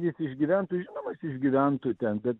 jis išgyventų žinoma jis išgyventų ten bet